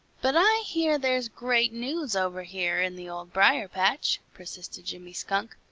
but i hear there's great news over here in the old briar-patch, persisted jimmy skunk.